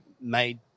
made